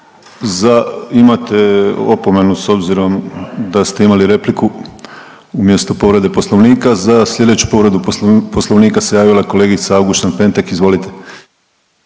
imate opomenu s obzirom da ste imali repliku umjesto povrede Poslovnika. Za slijedeću povredu Poslovnika se javila kolegica Auguštan-Pentek, izvolite.